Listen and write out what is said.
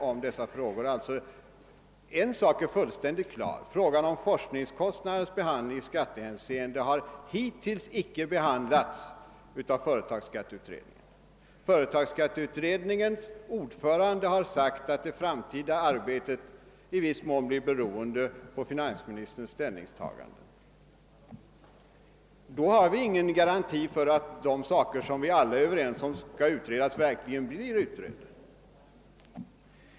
En sak är alltså fullständigt klar: Frågan om forskningskostnaders behandling i skattehänseende har hittills icke diskuterats av företagsskatteutredningen. Företagsskatteutredningens ordförande har sagt att det framtida arbetet i viss mån blir beroende av finansministerns ställningstagande. Följaktligen har vi inga garantier för att de frågor som vi alla är överens om skall utredas verkligen blir utredda.